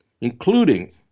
including